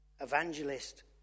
Evangelist